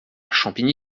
champigny